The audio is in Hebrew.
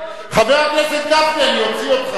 חבר הכנסת גפני, אני אוציא אותך.